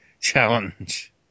challenge